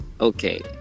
Okay